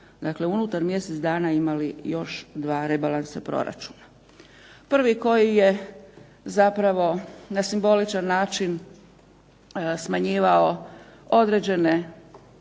dakle unutar mjesec dana imali još dva rebalansa proračuna. Prvi koji je zapravo na simboličan način smanjivao određene